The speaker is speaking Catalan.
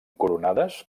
coronades